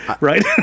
Right